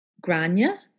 Grania